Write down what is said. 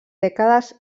dècades